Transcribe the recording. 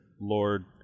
lord